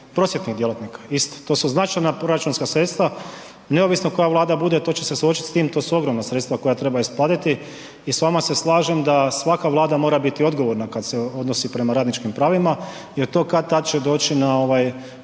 prosvjetnih djelatnika isto to su značajna proračunska sredstva, neovisno koja Vlada bude to će suočiti s tim to su ogromna sredstva koja treba isplatiti i s vama slažem da svaka vlada mora biti odgovorna kada se odnosi prema radničkim pravima jer to kad-tad će doći na